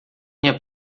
minha